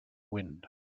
wind